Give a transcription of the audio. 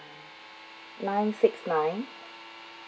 nine six nine